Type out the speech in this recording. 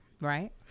Right